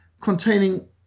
containing